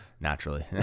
naturally